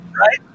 right